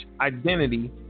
identity